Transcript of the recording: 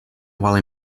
while